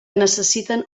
necessiten